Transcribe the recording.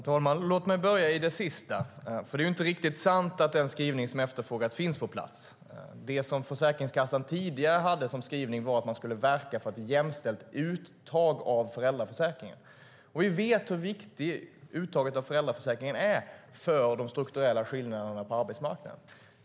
Herr talman! Låt mig börja i det sista som sades. Det är ju inte riktigt sant att den skrivning som efterfrågades finns på plats. Det som Försäkringskassan tidigare hade som skrivning var att man skulle verka för ett jämställt uttag av föräldraförsäkringen. Vi vet hur viktigt uttaget av föräldraförsäkringen är för de strukturella skillnaderna på arbetsmarknaden.